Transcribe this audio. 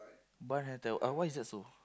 bun hair tie uh why is that so